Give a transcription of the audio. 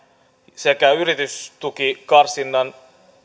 sekä yritystukikarsinnan